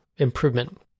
improvement